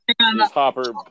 Hopper